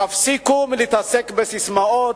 תפסיקו להתעסק בססמאות,